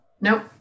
Nope